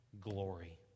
glory